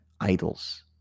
idols